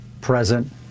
present